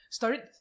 started